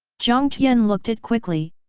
jiang tian looked it quickly,